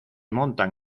montan